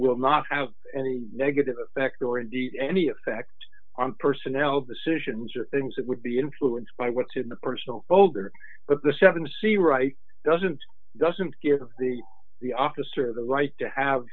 will not have any negative effect or in any effect on personnel decisions or things that would be influenced by what's in the personal folder but the seven to see right doesn't doesn't give the officer the right to have